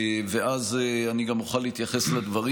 ואז אני גם אוכל להתייחס לדברים.